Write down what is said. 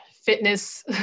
fitness